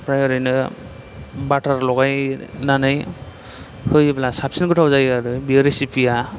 ओमफ्राय ओरैनो बाटार लगायनानै होयोब्ला साबसिन गोथाव जायो आरो बेयो रिसिफिया